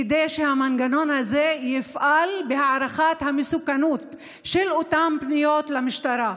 כדי שהמנגנון הזה יפעל להערכת המסוכנות באותן פניות למשטרה,